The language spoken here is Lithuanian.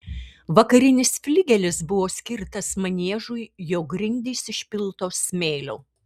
vakarinis fligelis buvo skirtas maniežui jo grindys išpiltos smėliu